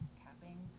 capping